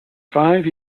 five